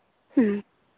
ꯎꯝ